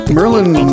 Merlin